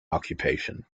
occupation